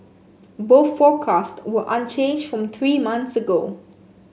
both forecasts were unchanged from three months ago